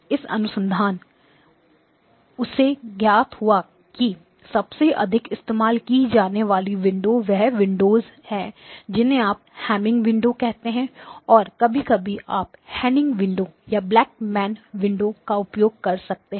इन अनुसंधान उसे ज्ञात हुआ कि सबसे अधिक इस्तेमाल की जाने वाली विंडोस वे विंडोस हैं जिन्हें आप हेमिंग विंडो कहते हैं और कभी कभी आप हनिंग विंडो या ब्लैक मैन विंडो का उपयोग कर सकते हैं